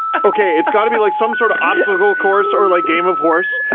okay, it's got to be like some sort of obstacle course or like game of horse.